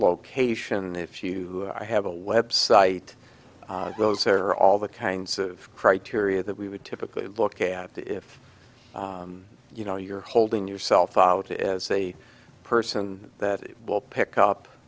location if you do i have a website those are all the kinds of criteria that we would typically look at if you know you're holding yourself out as a person that will pick up